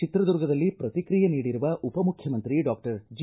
ಚಿತ್ರದುರ್ಗದಲ್ಲಿ ಪ್ರತಿಕ್ರಿಯೆ ನೀಡಿರುವ ಉಪಮುಖ್ಯಮಂತ್ರಿ ಡಾಕ್ಟರ್ ಜಿ